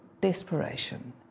desperation